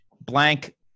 blank